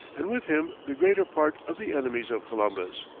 and with him the greater part of the enemies of columbus,